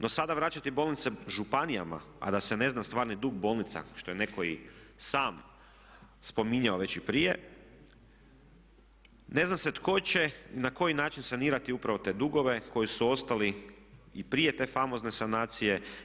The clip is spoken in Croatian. No, sada vraćati bolnice županijama, a da se ne zna stvarni dug bolnica što je netko i sam spominjao već i prije ne zna se tko će i na koji način sanirati upravo te dugove koji su ostali i prije te famozne sanacije.